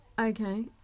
Okay